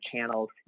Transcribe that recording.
channels